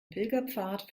pilgerpfad